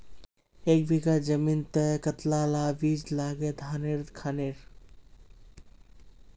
एक बीघा जमीन तय कतला ला बीज लागे धानेर खानेर?